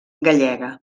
gallega